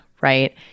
right